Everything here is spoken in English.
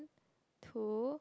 two